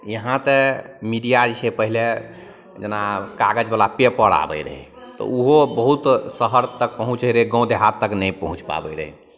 यहाँ तऽ मीडिआ जे छै पहिले जेना कागजवला पेपर आबै रहै तऽ ओहो बहुत शहर तक पहुँचै रहै गाम देहात तक नहि पहुँचि पाबै रहै